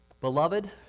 Beloved